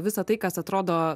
visa tai kas atrodo